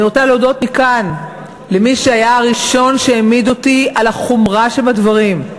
אני רוצה להודות מכאן למי שהיה הראשון שהעמיד אותי על החומרה שבדברים,